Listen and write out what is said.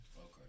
Okay